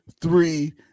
three